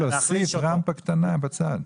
להוסיף רמפה קטנה בצד.